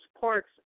parks